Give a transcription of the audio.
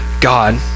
God